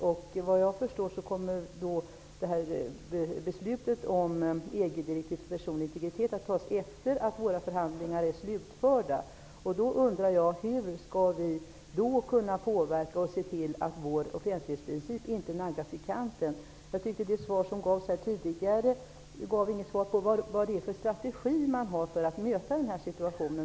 Enligt vad jag förstår, kommer beslutet om EG-direktiv om personlig integritet att fattas efter det att våra förhandlingar är slutförda. Hur skall vi då kunna påverka och se till att vår offentlighetsprincip inte naggas i kanten? Det tidigare svaret gav inte något besked om vilken strategi man har för att möta den situationen.